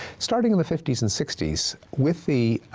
starting in the fifty s and sixty s, with the